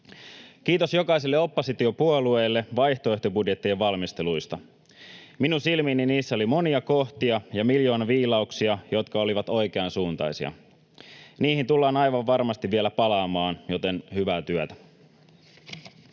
Kiitos jokaiselle oppositiopuolueelle vaihtoehtobudjettien valmisteluista. Minun silmiini niissä oli monia kohtia ja miljoonaviilauksia, jotka olivat oikeansuuntaisia. Niihin tullaan aivan varmasti vielä palaamaan, joten hyvää työtä.